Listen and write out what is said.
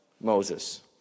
Moses